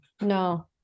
no